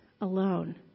alone